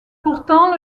pourtant